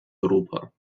europa